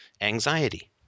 Anxiety